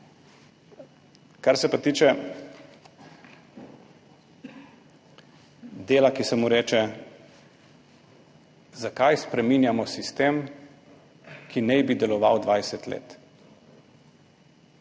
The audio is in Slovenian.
Kar se tiče dela, ki se mu reče, zakaj spreminjamo sistem, ki naj bi deloval 20 let.